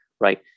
Right